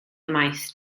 ymaith